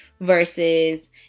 versus